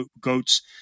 goats